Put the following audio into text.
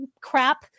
crap